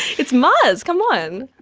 it's mars, come on!